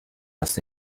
das